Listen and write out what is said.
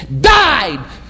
died